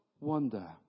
wonder